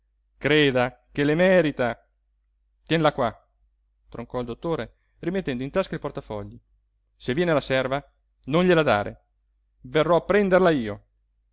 creda che le merita tienla qua troncò il dottore rimettendo in tasca il portafogli se viene la serva non gliela dare verrò a prenderla io